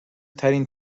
ترین